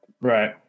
Right